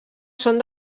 són